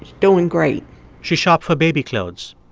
doing great she shopped for baby clothes.